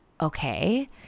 okay